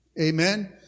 Amen